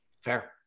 Fair